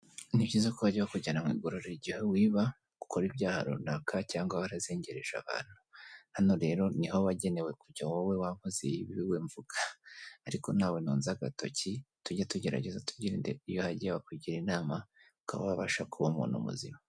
Ni byiza ko bajya bakujyana mu igorora igihe wiba, ukora ibyaha runaka cyangwa warazengereje abantu, hano rero niho wagenewe kujya wowe wa nkozi y'ibibi we mvuga ariko ntawe ntunze agatoki tujye tugerageza twirinde, iyo uhagiye bakugira inama ukaba wabasha kuba umuntu muzima.